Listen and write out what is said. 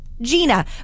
Gina